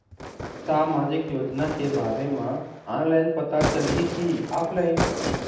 सामाजिक योजना के बारे मा ऑनलाइन पता चलही की ऑफलाइन?